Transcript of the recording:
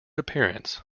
appearance